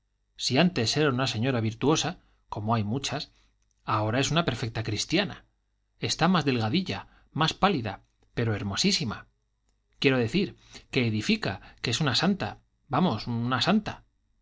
si antes era una señora virtuosa como hay muchas ahora es una perfecta cristiana está más delgadilla más pálida pero hermosísima quiero decir que edifica que es una santa vamos una santa